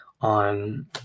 on